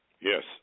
Yes